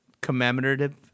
commemorative